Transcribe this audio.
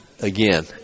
again